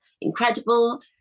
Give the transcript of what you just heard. incredible